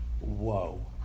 whoa